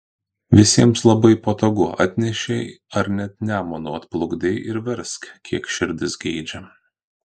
visiems labai patogu atnešei ar net nemunu atplukdei ir versk kiek širdis geidžia